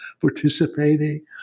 participating